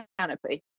canopy